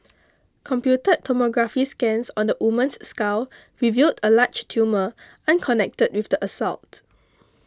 computed tomography scans on the woman's skull revealed a large tumour unconnected with the assault